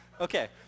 Okay